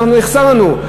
יחסר לנו.